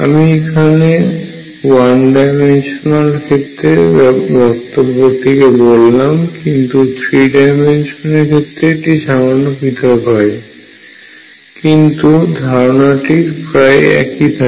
আমি এখানে one dimension এর ক্ষেত্রে বক্তব্যটিকে বললাম কিন্তু থ্রি ডাইমেনশন এর ক্ষেত্রে এটি সামান্য পৃথক হয় কিন্তু ধারণাটি প্রায় একই থাকে